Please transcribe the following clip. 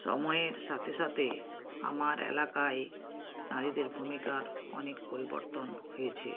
সময়ের সাথে সাথে আমার এলাকায় নারীদের ভূমিকার অনেক পরিবর্তন হয়েছে